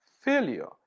failure